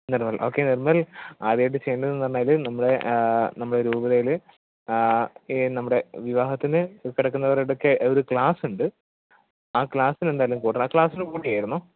Nirmal okay Nirmal ആദ്യമായിട്ട് ചെയ്യേണ്ടതെന്ന് പറഞ്ഞാൽ നമ്മൽ നമ്മുടെ രൂപതയിൽ ഈ നമ്മുടെ വിവാഹത്തിന് ഉൾപ്പെടുന്നവരോടൊക്കെ ഒരു ക്ലാസ് ഉണ്ട് ആ ക്ലാസ്സിന് എന്തായാലും കൂടണം ആ ക്ലാസ്സിന് കൂടിയിരുന്നോ